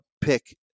pick